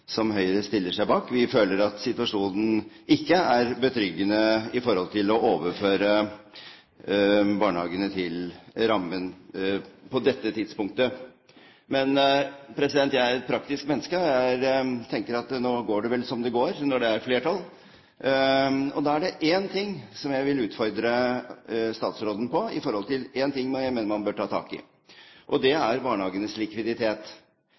som Høyre stiller seg bak. Vi føler at situasjonen ikke er betryggende når det gjelder å overføre barnehagene til rammen på dette tidspunktet. Men jeg er et praktisk menneske, og jeg tenker at nå går det vel som det går, når det er flertall. Da er det én ting som jeg vil utfordre statsråden på, og som jeg mener man bør ta tak i, og det er barnehagenes likviditet.